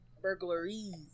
Burglaries